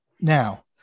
Now